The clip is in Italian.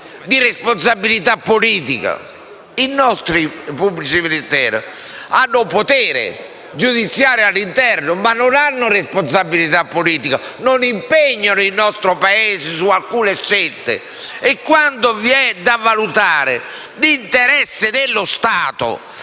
di responsabilità politica. I nostri pubblici ministeri hanno potere giudiziario all'interno, ma non hanno responsabilità politica, non impegnano il nostro Paese su alcune scelte e quando vi è da valutare l'interesse dello Stato